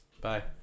Bye